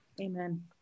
Amen